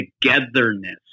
togetherness